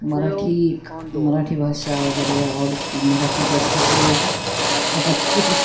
मराठी एक मराठी भाषा वगैरे आवडती मराठीत जास्त शिरीयल पाहाते